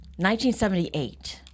1978